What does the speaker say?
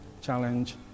challenge